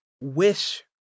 wish